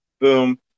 boom